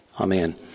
Amen